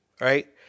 Right